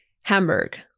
Hamburg